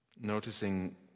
noticing